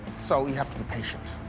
so we have to be patient.